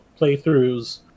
playthroughs